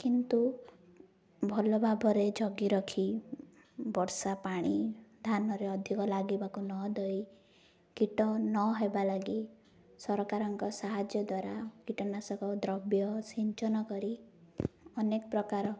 କିନ୍ତୁ ଭଲ ଭାବରେ ଜଗିରଖି ବର୍ଷା ପାଣି ଧାନରେ ଅଧିକ ଲାଗିବାକୁ ନ ଦେଇ କୀଟ ନହେବା ଲାଗି ସରକାରଙ୍କ ସାହାଯ୍ୟ ଦ୍ୱାରା କୀଟନାଶକ ଦ୍ରବ୍ୟ ସିଞ୍ଚନ କରି ଅନେକ ପ୍ରକାର